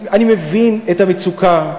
אני מבין את המצוקה,